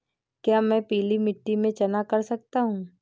क्या मैं पीली मिट्टी में चना कर सकता हूँ?